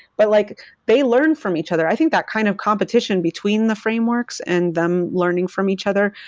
but like they learn from each other. i think that kind of competition between the frameworks and them learning from each other,